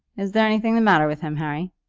is there anything the matter with him, harry?